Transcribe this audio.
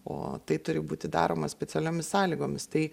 o tai turi būti daroma specialiomis sąlygomis tai